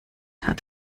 hat